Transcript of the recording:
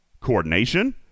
coordination